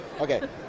Okay